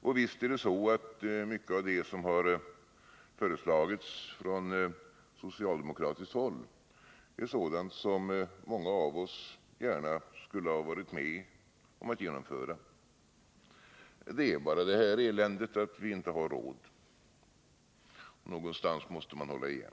Och visst är det så att mycket av det som har föreslagits från socialdemokratiskt håll är sådant som många av oss gärna skulle vilja vara med om att genomföra. Det är bara det eländet att vi inte har råd. Någonstans måste man hålla igen.